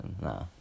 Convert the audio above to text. nah